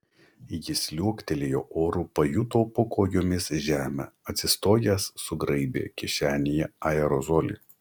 jis liuoktelėjo oru pajuto po kojomis žemę atsistojęs sugraibė kišenėje aerozolį